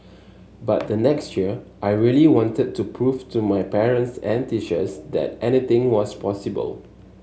but the next year I really wanted to prove to my parents and teachers that anything was possible